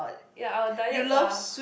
ya our diets are